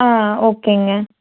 ஆ ஓகேங்க